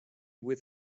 with